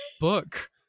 book